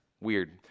weird